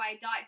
dot